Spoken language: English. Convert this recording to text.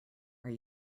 are